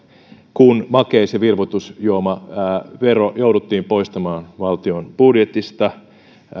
kun makeis ja virvoitusjuomavero jouduttiin poistamaan valtion budjetista